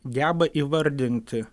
geba įvardinti